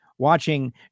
watching